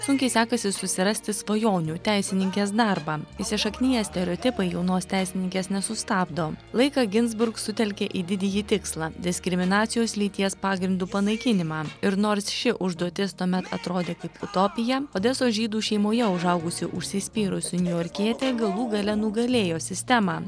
sunkiai sekasi susirasti svajonių teisininkės darbą įsišakniję stereotipai jaunos teisininkės nesustabdo laiką ginzburg sutelkė į didįjį tikslą diskriminacijos lyties pagrindu panaikinimą ir nors ši užduotis tuomet atrodė tik utopija odesos žydų šeimoje užaugusi užsispyrusi niujorkietė galų gale nugalėjo sistemą